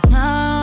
no